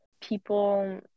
people